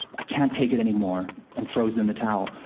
i can't take it anymore, and throws in the towel.